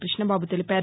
కృష్ణబాబు తెలిపారు